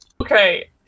Okay